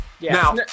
Now